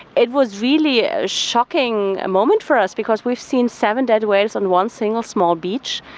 it was really a shocking moment for us because we've seen seven dead whales on one single small beach,